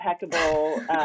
impeccable